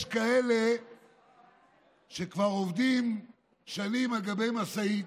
יש כאלה שכבר עובדים שנים על גבי משאית,